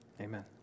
Amen